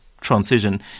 transition